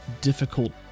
difficult